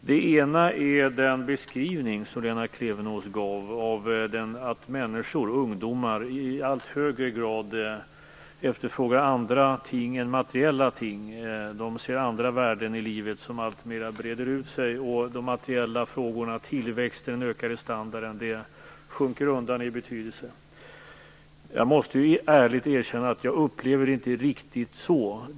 Den ena är den beskrivning som Lena Klevenås gav av att människor, ungdomar, i allt högre grad efterfrågar andra ting än materiella ting. De ser andra värden i livet som alltmer breder ut sig. De materiella frågorna - tillväxten och den ökade standarden - sjunker undan i betydelse. Jag måste ärligt erkänna att jag inte upplever det riktigt på det sättet.